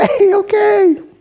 okay